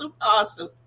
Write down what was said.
Awesome